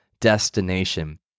destination